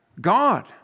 God